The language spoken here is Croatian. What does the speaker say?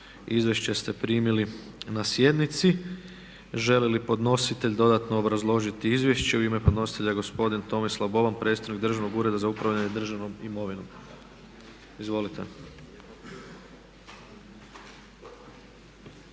Izvješće ste primili na sjednici. Želi li podnositelj dodatno obrazložiti izvješće? U ime podnositelja gospodin Tomislav Boban, predstavnik Državnog ureda za upravljanje državnom imovinom. Izvolite.